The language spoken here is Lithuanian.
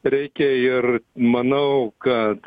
reikia ir manau kad